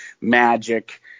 Magic